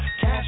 Cash